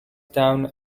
down